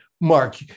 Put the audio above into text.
Mark